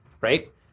right